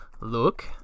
Look